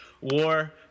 War